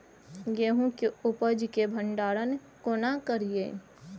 गेहूं के उपज के भंडारन केना करियै?